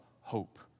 hope